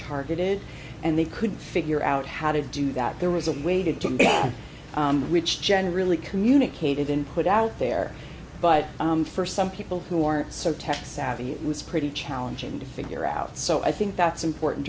targeted and they couldn't figure out how to do that there was a way to reach generally communicated in put out there but for some people who aren't surtax savvy it was pretty challenging to figure out so i think that's important